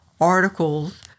articles